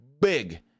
big